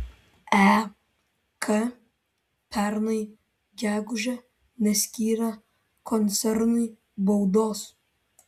ek pernai gegužę neskyrė koncernui baudos